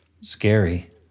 Scary